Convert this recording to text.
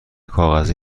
کاغذی